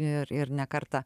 ir ir ne kartą